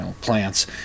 plants